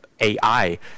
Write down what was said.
AI